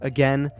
Again